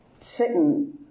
sitting